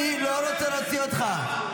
אני לא רוצה להוציא אותך.